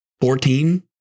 Fourteen